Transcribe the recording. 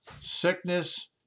sickness